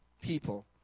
people